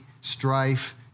strife